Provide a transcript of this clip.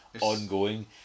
ongoing